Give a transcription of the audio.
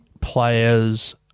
players